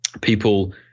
People